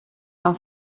han